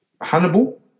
Hannibal